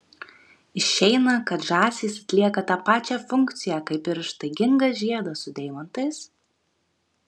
išeina kad žąsys atlieka tą pačią funkciją kaip ir ištaigingas žiedas su deimantais